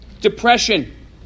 depression